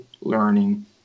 learning